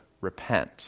repent